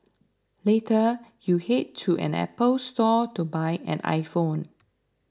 later you head to an Apple Store to buy an iPhone